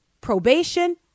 probation